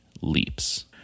leaps